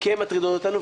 כי הן מטרידות אותנו.